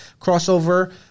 crossover